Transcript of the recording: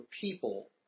people